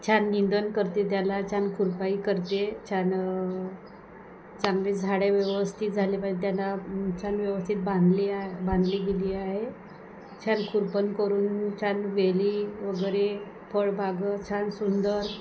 छान निंदणं करते त्याला छान खुरपाई करते छान चांगले झाडे व्यवस्थित झाले पाहिजे त्याला छान व्यवस्थित बांधली आ बांधली गेली आहे छान खुरपण करून छान वेली वगैरे फळ बागा छान सुंदर